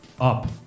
up